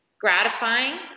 gratifying